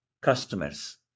customers